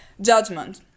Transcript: judgment